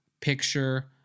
picture